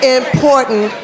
important